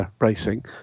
racing